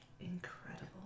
Incredible